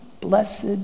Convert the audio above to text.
blessed